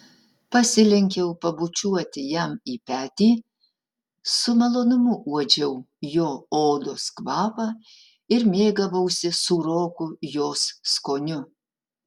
pasilenkiau pabučiuoti jam į petį su malonumu uodžiau jo odos kvapą ir mėgavausi sūroku jos skoniu